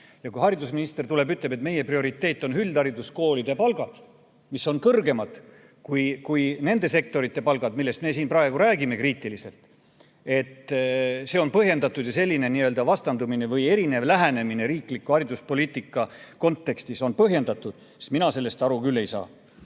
Kui haridusminister tuleb ja ütleb, et meie prioriteet on üldhariduskoolide palgad, mis on kõrgemad kui nende sektorite palgad, millest me siin praegu kriitiliselt räägime, et see on põhjendatud ja selline vastandumine või erinev lähenemine riikliku hariduspoliitika kontekstis on põhjendatud, siis mina ei saa sellest